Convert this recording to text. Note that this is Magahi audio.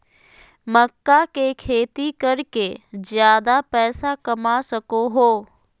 मक्का के खेती कर के ज्यादा पैसा कमा सको हो